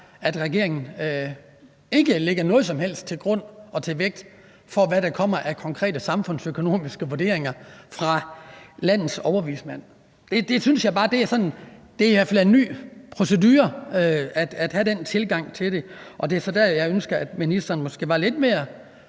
at regeringen ikke lægger til grund eller lægger nogen som helst vægt på, hvad der kommer af konkrete samfundsøkonomiske vurderinger fra landets overvismand. Det er i hvert fald en ny procedure at have den tilgang til det, og det er så der, jeg ønsker, at ministeren måske var lidt mere